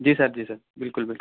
جی sir جی sir بالکل بالکل